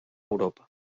europa